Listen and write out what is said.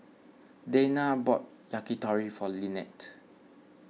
Dayna bought Yakitori for Linette